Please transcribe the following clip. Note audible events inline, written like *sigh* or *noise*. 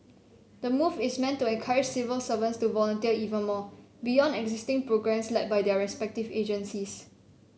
the move is meant to encourage civil servants to volunteer even more beyond existing *noise* programmes led by their respective agencies